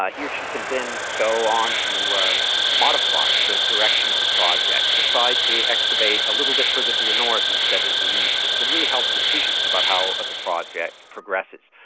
ah he or she can then go on to um modify the direction of the project, decide to excavate a little bit further to the north instead of the east. it could really help decisions about how a project progresses.